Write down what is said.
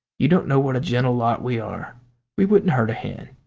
you don't know what a gentle lot we are we wouldn't hurt a hen!